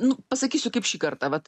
nu pasakysiu kaip šį kartą vat